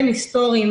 היסטוריים,